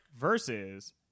versus